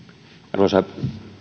arvoisa